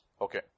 Okay